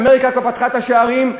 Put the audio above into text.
אמריקה כבר פתחה את השערים,